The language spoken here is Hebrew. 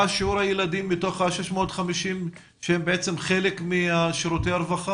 מה שיעור הילדים בתוך ה-650 שהם חלק משירותי הרווחה?